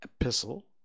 epistle